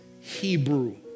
Hebrew